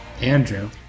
Andrew